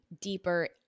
deeper